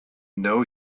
know